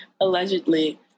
allegedly